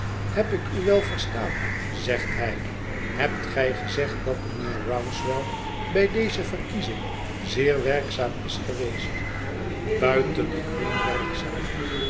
heb ik u wel verstaan zegt hij hebt gij gezegd dat mijnheer rouncewell bij deze verkiezing zeer werkzaam is geweest buitengemeen werkzaam